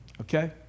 okay